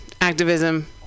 activism